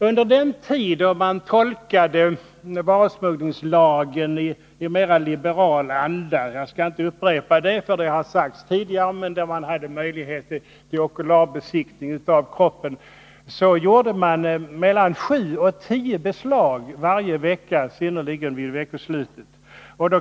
Under den tid då man tolkade varusmugglingslagen i mera liberal anda — jag skall inte upprepa vad det innebar — och hade möjlighet till okulärbesiktning av kroppen gjorde man däremot mellan sju och tio beslag i veckan, i synnerhet vid veckosluten.